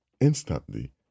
Instantly